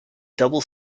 double